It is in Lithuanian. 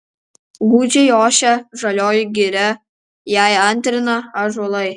gūdžiai ošia žalioji giria jai antrina ąžuolai